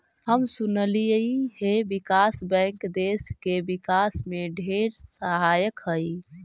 हम सुनलिअई हे विकास बैंक देस के विकास में ढेर सहायक हई